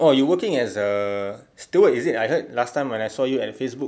oh you working as a steward is it I heard last time when I saw you at facebook